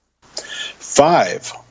Five